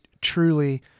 truly